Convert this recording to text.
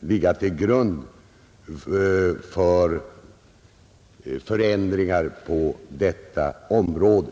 ligga till grund för förändringar på detta område.